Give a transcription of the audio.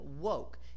woke